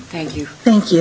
thank you thank you